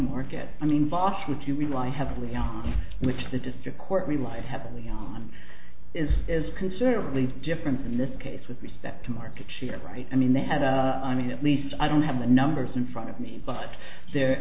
market i mean fox if you rely heavily on which the district court relied heavily on is is considerably different in this case with respect to market share price i mean they have i mean at least i don't have the numbers in front of me but they're